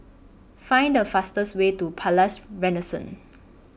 Find The fastest Way to Palais Renaissance